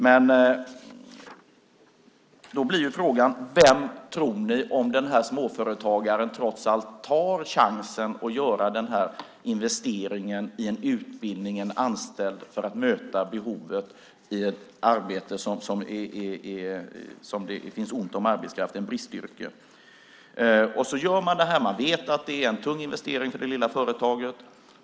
Men då uppkommer en fråga. Säg att småföretagaren trots allt tar chansen att göra den här investeringen i en utbildning och en anställd för att möta behovet i ett bristyrke. Man gör det här. Man vet att det är en tung investering för det lilla företaget.